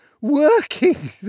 Working